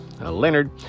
Leonard